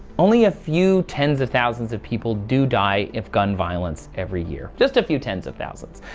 only a few ten s of thousands of people do die if gun violence every year, just a few ten s of thousands.